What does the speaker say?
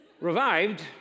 revived